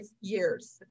years